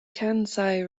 kansai